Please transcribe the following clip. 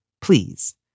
please